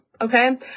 Okay